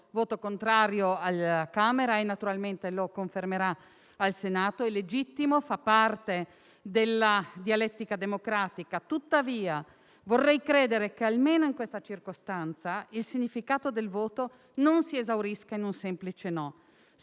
voto contrario alla Camera e naturalmente lo confermerà al Senato. È legittimo e fa parte della dialettica democratica. Tuttavia, vorrei credere che, almeno in questa circostanza, il significato del voto non si esaurisca in un semplice no.